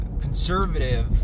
conservative